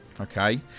Okay